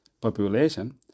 population